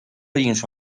印刷